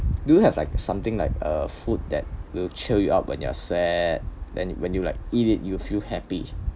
do you have like something like a food that will cheer you up when you're sad then when you like eat it you feel happy